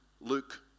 Luke